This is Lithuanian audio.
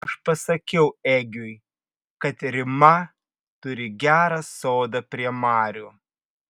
aš pasakiau egiui kad rima turi gerą sodą prie marių